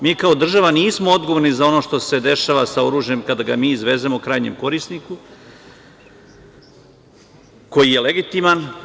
Mi kao država nismo odgovorni za ono što se dešava sa oružjem kada ga mi izvezemo krajnjem korisniku koji je legitiman.